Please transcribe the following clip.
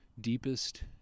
deepest